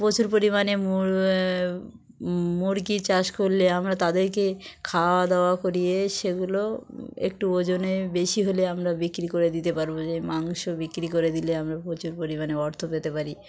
প্রচুর পরিমাণে মুরগি চাষ করলে আমরা তাদেরকে খাওয়া দাওয়া করিয়ে সেগুলো একটু ওজনে বেশি হলে আমরা বিক্রি করে দিতে পারবো যে মাংস বিক্রি করে দিলে আমরা প্রচুর পরিমাণে অর্থ পেতে পারি